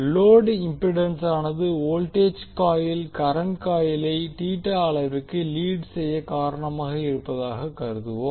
load இம்பிடன்ஸானது voltage coil current காயிலை அளவுக்கு லீட் செய்ய காரணமாக இருப்பதாக கருதுவோம்